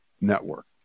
network